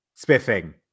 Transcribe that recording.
Spiffing